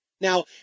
Now